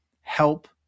help